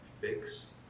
fix